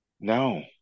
no